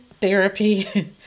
therapy